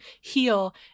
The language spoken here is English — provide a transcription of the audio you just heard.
heal